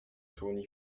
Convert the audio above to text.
toni